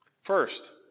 First